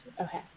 Okay